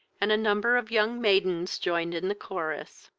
and a number of young maidens joined in the chorus.